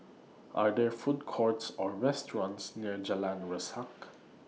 Are There Food Courts Or restaurants near Jalan Resak